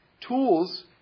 tools